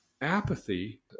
Apathy